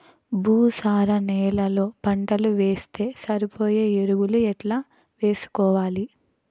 భూసార నేలలో పంటలు వేస్తే సరిపోయే ఎరువులు ఎట్లా వేసుకోవాలి?